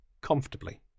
comfortably